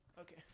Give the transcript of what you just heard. Okay